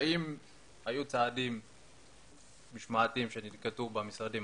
האם היו צעדים משמעתיים שננקטו במשרדים?